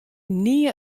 nea